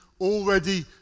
already